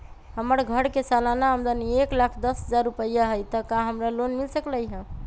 हमर घर के सालाना आमदनी एक लाख दस हजार रुपैया हाई त का हमरा लोन मिल सकलई ह?